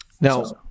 now